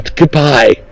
goodbye